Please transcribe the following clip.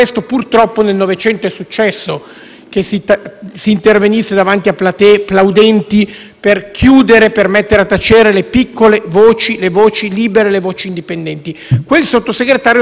che si intervenisse davanti a platee plaudenti per chiudere, per mettere a tacere le piccole voci, le voci libere, le voci indipendenti. Quel Sottosegretario nasce esattamente con l'obiettivo contrario,